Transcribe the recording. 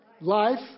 Life